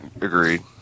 Agreed